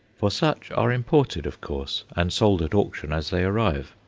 for such are imported, of course, and sold at auction as they arrive.